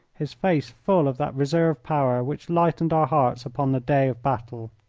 his face full of that reserve power which lightened our hearts upon the day of battle.